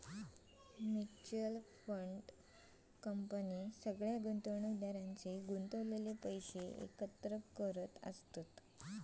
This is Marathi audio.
म्युच्यअल फंड कंपनी सगळ्या गुंतवणुकदारांचे गुंतवलेले पैशे एकत्र करतत